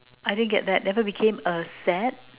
I didn't get that never became a sad